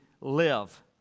live